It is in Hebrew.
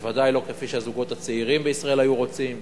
בוודאי לא כפי שהזוגות הצעירים בישראל היו רוצים,